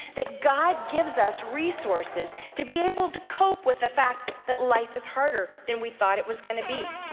that god gives us resources to be able to cope with the fact that life is harder than we thought it was gonna be.